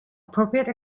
appropriate